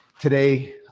Today